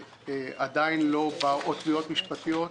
או תביעות משפטיות,